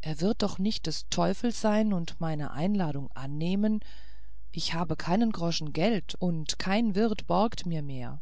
er wird doch nicht des teufels sein und meine einladung annehmen ich habe keinen groschen geld und kein wirt borgt mir mehr